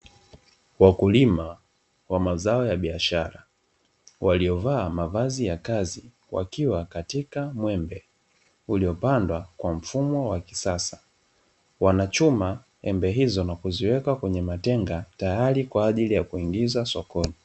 Wakulima wa mazao ya biashara waliovaa mavazi ya kazi wakiwa katika mwembe uliopandwa kwa mfumo wa kisasa, wanachuma embe hizo na kuziweka katika tenga tayari kwa ajili ya kuingiza sokoni.